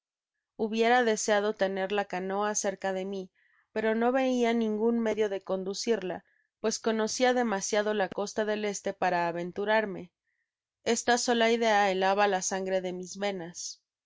hubiera deseado tener la canoa cerca de mi pero no veia ningun medio de conducirla pues conocia demasiado la costa del este para aventurarme esta sola idea helaba la sangre de mis venas